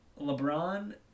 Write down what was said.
LeBron